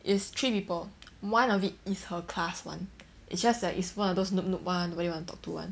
it's three people one of it is her class [one] it's just that it's one of those noob noob [one] nobody want to talk to [one]